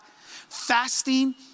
fasting